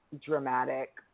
dramatic